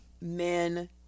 men